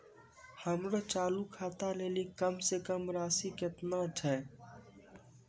हमरो चालू खाता लेली कम से कम राशि केतना छै?